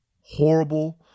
horrible